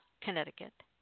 Connecticut